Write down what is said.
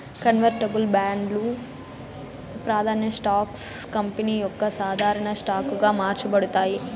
convertible బాండ్లు, ప్రాదాన్య stocks company యొక్క సాధారన స్టాక్ గా మార్చబడతాయి